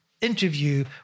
interview